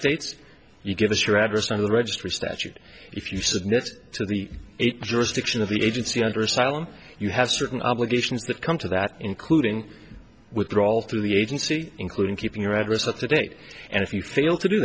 states you give us your address on the registry statute if you submit to the jurisdiction of the agency under asylum you have certain obligations that come to that including withdrawal from the agency including keeping your address at the date and if you feel to do